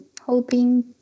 hoping